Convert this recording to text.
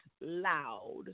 loud